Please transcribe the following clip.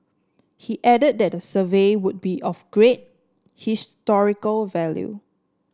he added that the survey would be of great historical value